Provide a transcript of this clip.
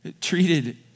treated